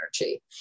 energy